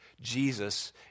Jesus